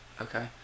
okay